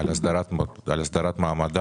הסדרת מעמדן.